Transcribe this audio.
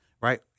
right